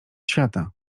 świata